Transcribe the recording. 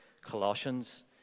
Colossians